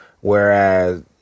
whereas